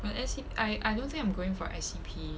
but S_E I I I don't think I'm going for S_E_P